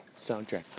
soundtrack